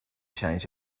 change